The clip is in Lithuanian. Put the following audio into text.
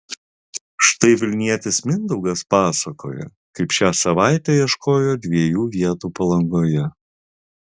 štai vilnietis mindaugas pasakoja kaip šią savaitę ieškojo dviejų vietų palangoje